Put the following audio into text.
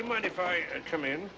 you mind if i come in